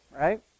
right